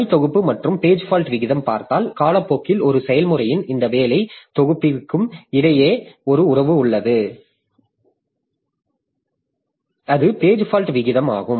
பணி தொகுப்பு மற்றும் பேஜ் ஃபால்ட் வீதம் பார்த்தால் காலப்போக்கில் ஒரு செயல்முறையின் இந்த வேலை தொகுப்பிற்கும் இடையே ஒரு உறவு உள்ளது அது பேஜ் ஃபால்ட் வீதமாகும்